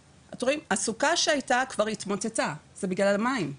הסוכה שהייתה כבר התמוטטה, זה בגלל המים.